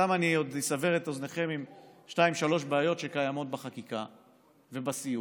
סתם אני אסבר את אוזנכם עם עוד שתיים-שלוש בעיות שקיימות בחקיקה ובסיוע.